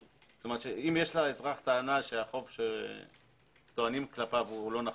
כלומר אם יש לאזרח טענה שהחוב שטוענים כלפיו הוא לא נכון,